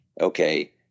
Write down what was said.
okay